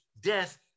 death